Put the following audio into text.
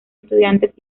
estudiantes